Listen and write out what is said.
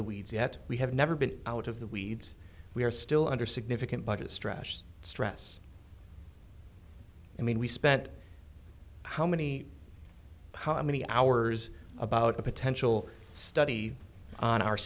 the weeds yet we have never been out of the weeds we are still under significant budget stress stress i mean we spent how many how many hours about a potential study on our